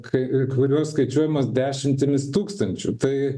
kai kurios skaičiuojamos dešimtimis tūkstančių tai